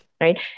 right